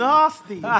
Nasty